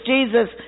Jesus